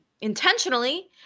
intentionally